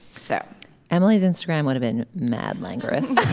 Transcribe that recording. so emily's instagram would've been mad languorous